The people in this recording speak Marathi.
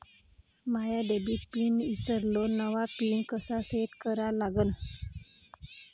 माया डेबिट पिन ईसरलो, नवा पिन कसा सेट करा लागन?